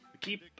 Keep